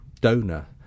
donor